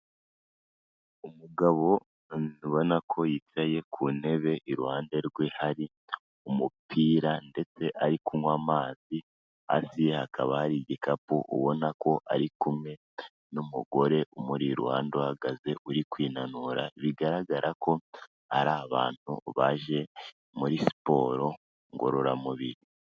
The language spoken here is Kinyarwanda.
Umugabo abona ko yicaye ku ntebe iruhande rwe hari umupira ndetse ari kunywa amazi, hasi hakaba hari igikapu ubona ko ari kumwe n'umugore umuri iruhande uhagaze uri kwinanura, bigaragara ko ari abantu baje muri siporo ngororamubiri.